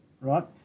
right